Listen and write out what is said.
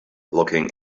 looking